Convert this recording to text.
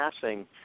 passing